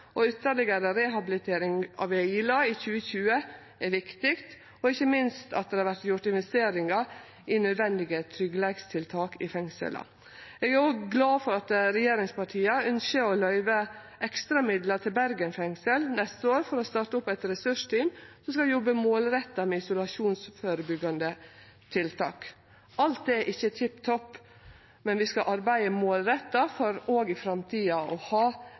og ytterlegare rehabiliteringar ved Ila i 2020, er viktig, og det er det ikkje minst òg at det vert gjort investeringar i nødvendige tryggleikstiltak i fengsla. Eg er òg glad for at regjeringspartia ønskjer å løyve ekstra midlar til Bergen fengsel neste år, for å starte opp eit ressursteam som skal jobbe målretta med isolasjonsførebyggjande tiltak. Alt er ikkje tipp topp, men vi skal arbeide målretta for òg i framtida å ha